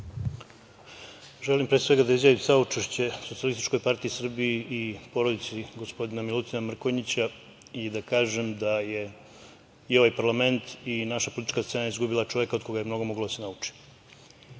Želim pre svega da izjavim saučešće SPS i porodici gospodina Milutina Mrkonjića i da kažem da je i ovaj parlament i naša politička scena izgubila čoveka od koga je mnogo moglo da se nauči. Što